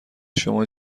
شما